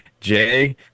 Jay